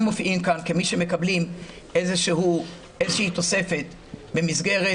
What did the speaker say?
מופיעים כאן כמי שמקבלים תוספת במסגרת